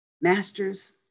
masters